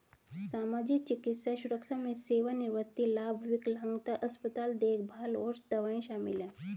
सामाजिक, चिकित्सा सुरक्षा में सेवानिवृत्ति लाभ, विकलांगता, अस्पताल देखभाल और दवाएं शामिल हैं